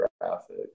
graphic